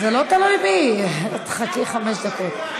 זה לא תלוי בי, חכי חמש דקות.